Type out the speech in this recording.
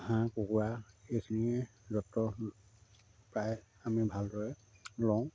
হাঁহ কুকুৰা এইখিনিয়ে যতন প্ৰায় আমি ভালদৰে লওঁ